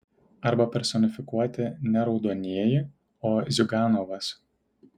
arba personifikuoti ne raudonieji o ziuganovas